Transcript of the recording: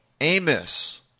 Amos